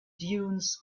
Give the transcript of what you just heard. dunes